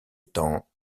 étant